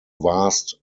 vast